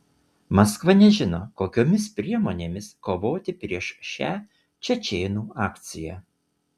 maskva nežino kokiomis priemonėmis kovoti prieš šią čečėnų akciją